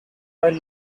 while